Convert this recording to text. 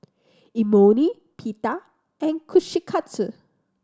Imoni Pita and Kushikatsu